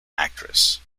actress